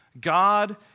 God